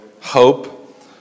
hope